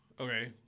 okay